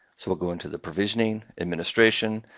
so we'll go into the provisioning, administration.